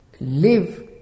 live